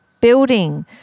building